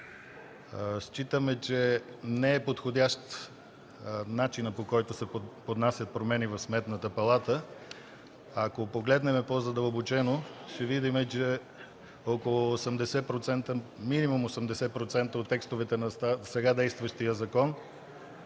Считаме, че не е подходящ начинът, по който се поднасят промени в Сметната палата. Ако погледнем по-задълбочено, ще видим, че минимум 80% от текстовете на сега действащия закон